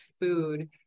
food